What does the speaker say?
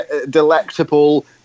Delectable